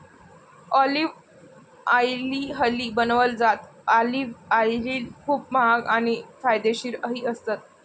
olive ऑईलही बनवलं जातं, ऑलिव्ह ऑईल खूप महाग आणि फायदेशीरही असतं